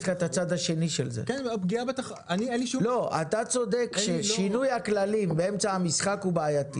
אתה צודק ששינוי הכללים באמצע המשחק הוא בעייתי,